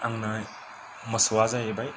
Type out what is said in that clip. आंनाहाय मोसौआ जाहैबाय